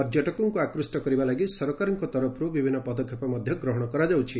ପର୍ଯ୍ୟଟକଙ୍କୁ ଆକୃଷ୍ କରିବା ଲାଗି ସରକାରଙ୍କ ତରଫରୁ ବିଭିନୁ ପଦକ୍ଷେପ ମଧ୍ଧ ଗ୍ରହଶ କରାଯାଉଛି